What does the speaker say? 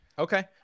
Okay